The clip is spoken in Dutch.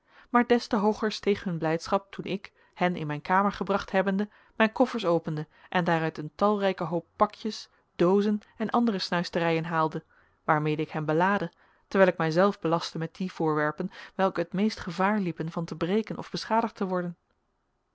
maar des te hooger steeg hun blijdschap toen ik hen in mijn kamer gebracht hebbende mijn koffers opende en daaruit een talrijken hoop pakjes doozen en andere snuisterijen haalde waarmede ik hen belaadde terwijl ik mijzelf belastte met die voorwerpen welke het meest gevaar liepen van te breken of beschadigd te worden